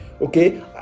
okay